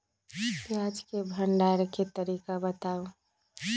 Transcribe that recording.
प्याज के भंडारण के तरीका बताऊ?